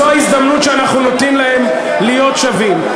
זו ההזדמנות שאנחנו נותנים להם להיות שווים.